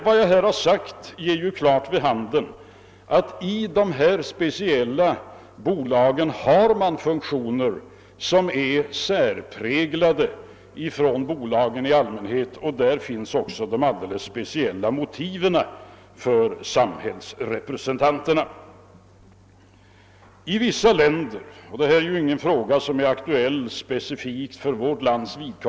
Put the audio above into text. Vad jag här har sagt ger klart vid handen att bankerna har funktioner som gör dem särpräglade och skiljer dem från övriga bolag. Därför finns det också alldeles speciella motiv för samhällsrepresentanter i bankernas styrelser. Denna fråga är inte specifik för vårt land.